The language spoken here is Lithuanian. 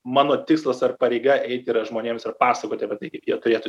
mano tikslas ar pareiga eiti ir žmonėms ir pasakoti apie tai kaip jie turėtų